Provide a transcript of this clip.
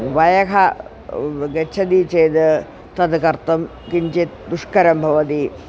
वयः गच्छति चेद् तद् कर्तुं किञ्चित् दुष्करं भवति